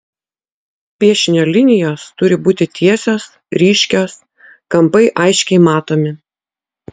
piešinio linijos turi būti tiesios ryškios kampai aiškiai matomi